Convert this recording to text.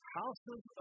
houses